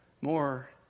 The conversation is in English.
more